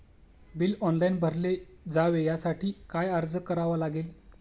Bill online भरले जावे यासाठी काय अर्ज करावा लागेल?